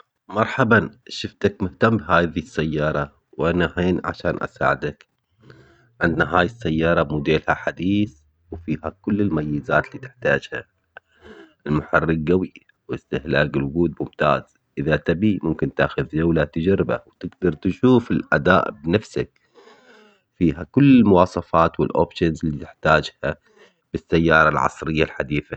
مرحبا شفتك مهتم بهايدي السيارة وانا هين عشان اساعدك. عنا هاي السيارة موديلها حديث وفيها كل المميزات اللي تحتاجها. المحرك قوي واستهلاك القوة ممتاز اذا تبي ممكن تاخذ جولة تجربة وتقدر تشوف بنفسك فيها كل المواصفات اللي تحتاجها بالسيارة العصرية الحديثة